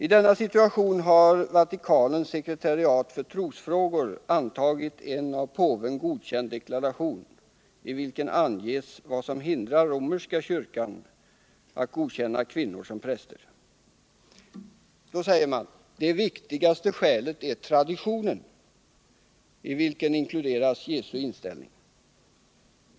I denna situation har Vatikanens sekretariat för trosfrågor antagit en av påven godkänd deklaration i vilken anges vad som hindrar den romerska kyrkan från att godkänna kvinnor som präster. Man säger där att det viktigaste skälet är traditionen i vilken inkluderas Jesu inställning.